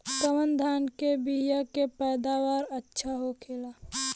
कवन धान के बीया के पैदावार अच्छा होखेला?